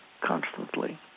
constantly